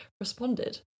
responded